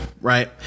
Right